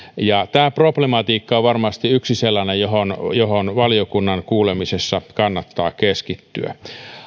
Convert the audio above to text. samaa mieltä tämä problematiikka on varmasti yksi sellainen johon valiokunnan kuulemisessa kannattaa keskittyä